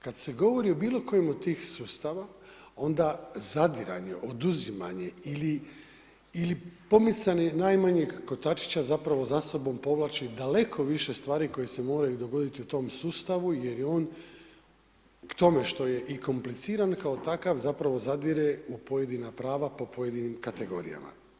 Kada se govori o bilo kojem od tih sustava onda zadiranje, oduzimanje ili pomicanje najmanjeg kotačića zapravo za sobom povlači daleko više stvari koji se moraju dogoditi u tom sustavu jer je on k tome što je i kompliciran kao takav zapravo zadire u pojedina prava po pojedinim kategorijama.